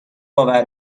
باور